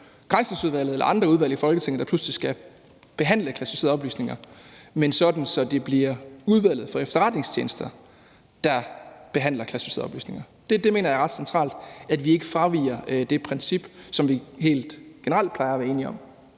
Granskningsudvalget eller andre udvalg i Folketinget, der pludselig skal behandle klassificerede oplysninger, men sådan at det bliver udvalget for efterretningstjenester, der behandler klassificerede oplysninger. Det mener jeg er ret centralt, altså at vi ikke fraviger det princip, som vi helt generelt plejer at være enige om.